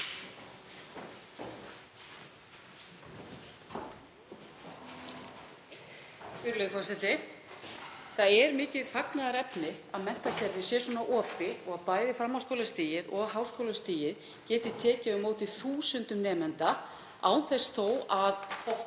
Það er mikið fagnaðarefni að menntakerfið sé svona opið og bæði framhaldsskólastigið og háskólastigið geti tekið á móti þúsundum nemenda án þess þó að